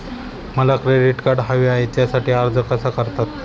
मला credit card हवे आहे त्यासाठी अर्ज कसा करतात?